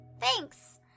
thanks